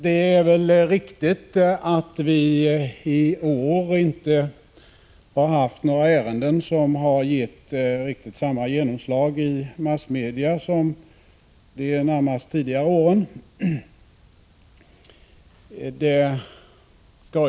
Det är väl riktigt att vi i år inte har haft några ärenden som har gett riktigt samma genomslag i massmedia som vissa ärenden under de allra senaste åren.